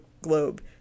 globe